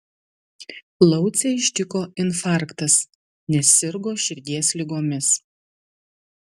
laucę ištiko infarktas nes sirgo širdies ligomis